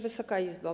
Wysoka Izbo!